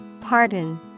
Pardon